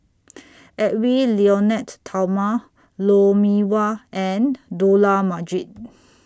Edwy Lyonet Talma Lou Mee Wah and Dollah Majid